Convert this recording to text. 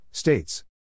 States